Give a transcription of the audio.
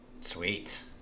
Sweet